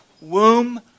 womb